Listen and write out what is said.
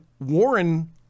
Warren